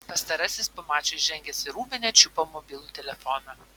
pastarasis po mačo įžengęs į rūbinę čiupo mobilų telefoną